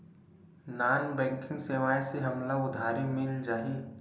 Non banking सेवाएं से हमला उधारी मिल जाहि?